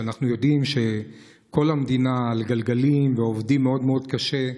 שאנחנו יודעים שכל המדינה על גלגלים ועובדים מאוד מאוד קשה,